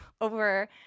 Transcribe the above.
over